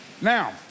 Now